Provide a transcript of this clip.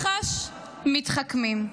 מח"ש מתחכמים.